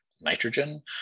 nitrogen